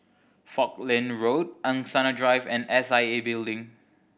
Falkland Road Angsana Drive and S I A Building